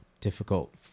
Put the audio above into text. difficult –